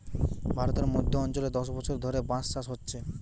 ভারতের মধ্য অঞ্চলে দশ বছর ধরে বাঁশ চাষ হচ্ছে